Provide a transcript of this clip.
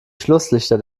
schlusslichter